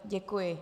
Děkuji.